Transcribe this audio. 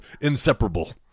inseparable